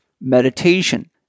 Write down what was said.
meditation